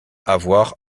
avoir